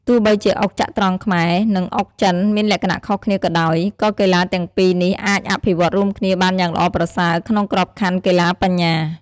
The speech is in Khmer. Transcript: ទោះបីជាអុកចត្រង្គខ្មែរ និងអុកចិនមានលក្ខណៈខុសគ្នាក៏ដោយ ក៏កីឡាទាំងពីរនេះអាចអភិវឌ្ឍន៍រួមគ្នាបានយ៉ាងល្អប្រសើរក្នុងក្របខ័ណ្ឌកីឡាបញ្ញា។